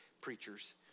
preachers